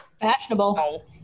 Fashionable